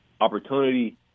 opportunity